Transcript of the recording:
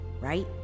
right